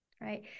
right